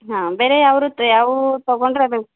ಹಾಂ ಬೇರೆ ಅವ್ರು ಟ್ರೇ ಯಾವವೂ ತಗೊಂಡ್ರೆ ಅದನ್ನು